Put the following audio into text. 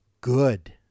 good